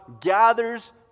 gathers